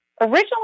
originally